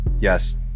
Yes